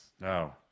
No